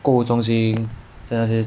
购物中心在那些